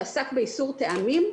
ננקוט בצעדים הללו,